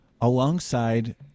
alongside